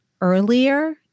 earlier